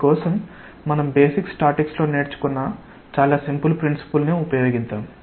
దాని కోసం మనం బేసిక్ స్టాటిక్స్ లో నేర్చుకున్న చాలా సింపుల్ ప్రిన్సిపుల్ ని ఉపయోగిద్దాం